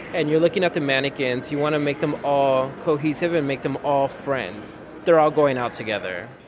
and you're looking at the mannequins, you want to make them all cohesive and make them all friends. they're all going out together.